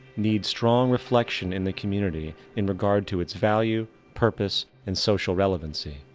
need strong reflection in the community in regard to it's value, purpose and social relevancy.